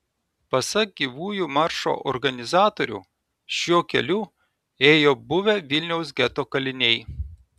pasak gyvųjų maršo organizatorių šiuo keliu ėjo buvę vilniaus geto kaliniai